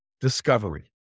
discovery